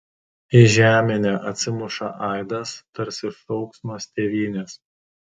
į žeminę atsimuša aidas tarsi šauksmas tėvynės